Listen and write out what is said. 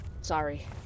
Sorry